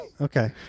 Okay